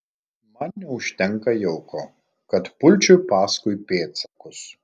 man neužtenka jauko kad pulčiau paskui pėdsakus